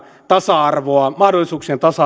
tasa arvoa mahdollisuuksien tasa